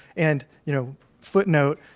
and you know footnote,